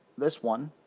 this one